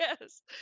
Yes